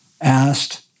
asked